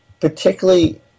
particularly